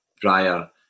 prior